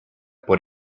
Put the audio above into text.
por